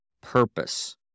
purpose